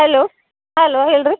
hello hello ಹೇಳಿರಿ